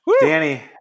Danny